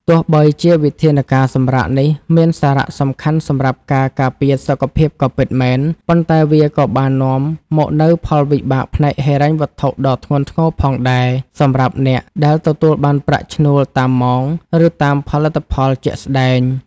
ទោះបីជាវិធានការសម្រាកនេះមានសារៈសំខាន់សម្រាប់ការការពារសុខភាពក៏ពិតមែន ប៉ុន្តែវាក៏បាននាំមកនូវផលវិបាកផ្នែកហិរញ្ញវត្ថុដ៏ធ្ងន់ធ្ងរផងដែរ សម្រាប់អ្នកដែលទទួលបានប្រាក់ឈ្នួលតាមម៉ោង ឬតាមផលិតផលជាក់ស្តែង។